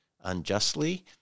unjustly